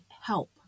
help